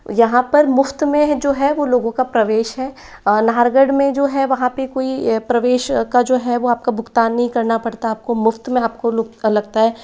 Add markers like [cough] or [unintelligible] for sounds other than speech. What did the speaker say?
यहाँ पर मुफ़्त में जो है वो लोगों का प्रवेश है नाहरगढ़ में जो है वहाँ पे कोई प्रवेश का जो है वो आपका भुगतान नहीं करना पड़ता आपको मुफ़्त में आपको [unintelligible] का लगता है